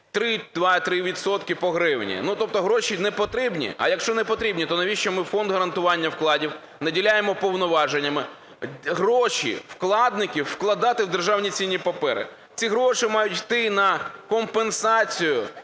валюті, 2-3 відсотки – по гривні. Тобто гроші не потрібні. А якщо не потрібні, то навіщо ми Фонд гарантування вкладів наділяємо повноваженнями гроші вкладників вкладати в державні цінні папери? Ці гроші мають йти на компенсацію